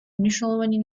მნიშვნელოვანი